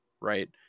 right